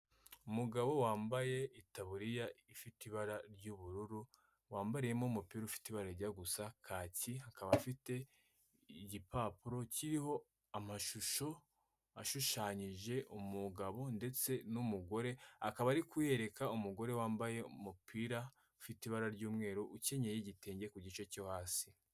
Umugabo wambaye itaburiya ifite ibara ry'ubururu, wambariyemo umupira ufite ibara rijya gusa kaki, akaba afite igipapuro kiriho amashusho ashushanyije umugabo ndetse n'umugore, akaba ari kuyereka umugore wambaye umupira ufite ibara ry'umweru, ukenyeye igitenge ku gice cyo hasi.